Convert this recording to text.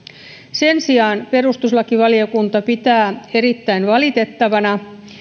sen sijaan perustuslakivaliokunta pitää erittäin valitettavana